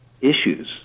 issues